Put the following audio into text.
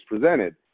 presented